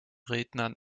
rednern